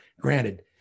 granted